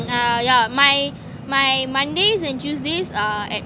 uh yeah my my mondays and tuesdays are at